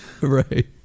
right